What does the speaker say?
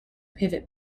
pivot